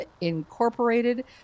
Incorporated